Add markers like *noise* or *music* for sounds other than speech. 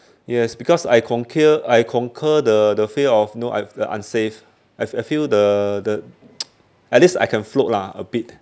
yes because I conquer I conquer the the fear of know I've the unsafe I fe~ I feel the the *noise* at least I can float lah a bit